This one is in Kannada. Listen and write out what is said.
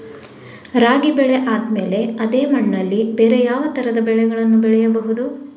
ರಾಗಿ ಬೆಳೆ ಆದ್ಮೇಲೆ ಅದೇ ಮಣ್ಣಲ್ಲಿ ಬೇರೆ ಯಾವ ತರದ ಬೆಳೆಗಳನ್ನು ಬೆಳೆಯಬಹುದು?